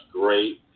great